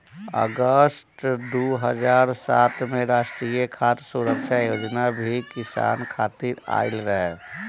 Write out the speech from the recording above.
अगस्त दू हज़ार सात में राष्ट्रीय खाद्य सुरक्षा योजना भी किसान खातिर आइल रहे